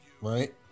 Right